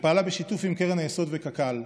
שפעלה בשיתוף עם קרן היסוד וקק"ל.